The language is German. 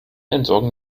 entsorgen